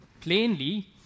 Plainly